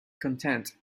content